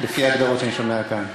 לפי ההגדרות שאני שומע כאן.